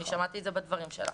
אני שמעתי את זה בדברים שלה.